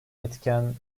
etken